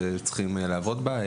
שהיינו צריכים לעבוד בה.